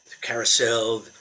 carousel